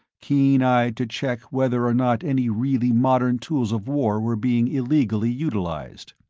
keen-eyed to check whether or not any really modern tools of war were being illegally utilized.